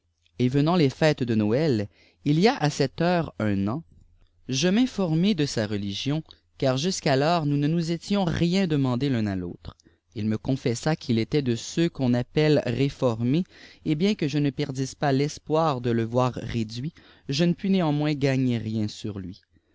et venant les fêtes de noël il j a a cette hetirc un an fë m mwnài de sa helîgiôh câtjusqu'alors nous ne nous étions rien téttâtt'd'èrtiit à tàlitrë îi itie cortfésâ qu'il était de ceux qu'oh aptèïtb rèîôfméfe èi bifett jllfe je rie perdisse pas l'espoir de le voir réuuit té ptiô iiêatilà gagner rien sur lui